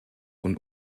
und